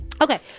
okay